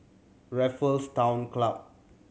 Raffles Town Club